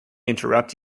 interrupt